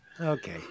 Okay